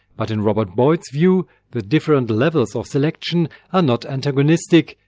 but in robert boyd's view the different levels of selection are not antagonistic,